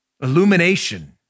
illumination